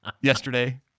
yesterday